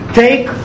take